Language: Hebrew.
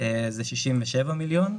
67 מיליון.